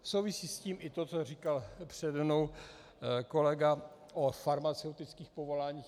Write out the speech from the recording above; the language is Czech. Souvisí s tím i to, co říkal přede mnou kolega o farmaceutických povoláních.